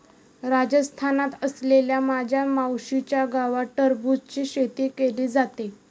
राजस्थानात असलेल्या माझ्या मावशीच्या गावात टरबूजची शेती केली जाते